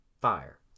Fire